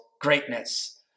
greatness